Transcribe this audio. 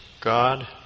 God